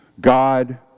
God